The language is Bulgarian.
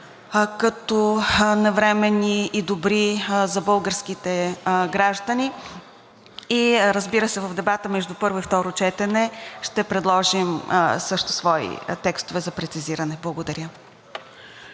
като навременни и добри за българските граждани. И разбира се, в дебата между първо и второ четене ще предложим също свои текстове за прецизиране. Благодаря.